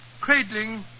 cradling